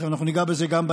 תכף, ניגע גם בזה בהמשך.